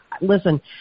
listen